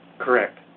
Correct